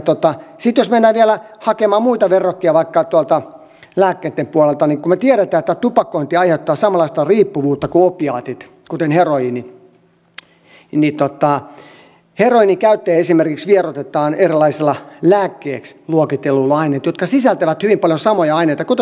sitten jos mennään vielä hakemaan muita verrokkeja vaikka tuolta lääkkeitten puolelta niin kun me tiedämme että tupakointi aiheuttaa samanlaista riippuvuutta kuin opiaatit kuten heroiini niin heroiinin käyttäjiä esimerkiksi vieroitetaan erilaisilla lääkkeiksi luokitelluilla aineilla jotka sisältävät hyvin paljon samoja aineita kuten subutex ja suboxone